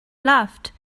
laughed